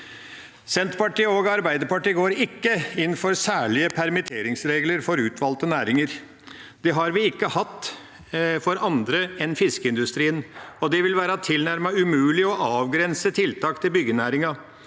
Senterpartiet og Arbeiderpartiet går ikke inn for særlige permitteringsregler for utvalgte næringer. Det har vi ikke hatt for andre enn fiskeindustrien, og det vil være tilnærmet umulig å avgrense tiltak til byggenæringen,